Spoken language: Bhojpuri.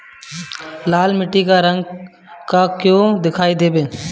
लाल मीट्टी लाल रंग का क्यो दीखाई देबे?